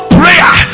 prayer